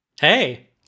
Hey